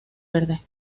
verde